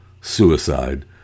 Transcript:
suicide